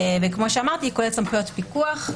כאמור היא כוללת סמכויות פיקוח,